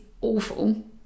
awful